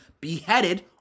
beheaded